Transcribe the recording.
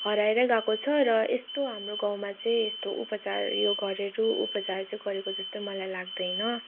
हराएरै गएको छ र यस्तो हाम्रो गाउँमा चाहिँ यस्तो उपचारहरू यो घरेलु उपचार चाहिँ गरेको जस्तो मलाई लाग्दैन